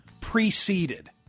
preceded